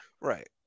Right